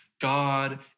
God